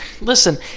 listen